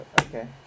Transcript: Okay